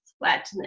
sweat